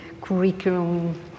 curriculum